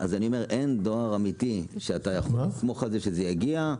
אני אומר שאין דואר אמיתי שאתה יכול לסמוך על כך שהוא יגיע.